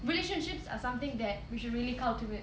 relationships are something that we should really of cultivate